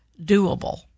doable